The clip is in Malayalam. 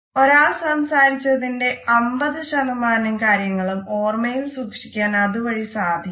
ഒരാൾ സംസാരിച്ചതിന്റെ 50 കാര്യങ്ങളും ഓർമ്മയിൽ സൂക്ഷിക്കാൻ അത് വഴി സാധിക്കുന്നു